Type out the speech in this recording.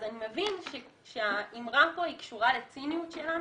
אז אני מבין שהאמרה פה היא קשורה לציניות שלנו.